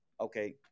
Okay